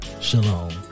Shalom